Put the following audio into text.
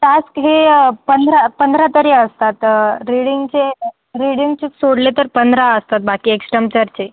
task हे पंधरा पंधरा तरी असतात रीडिंगचे रीडिंगचे सोडले तर पंधरा असतात बाकी एक्शटेम्परचे